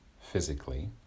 physically